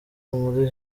muri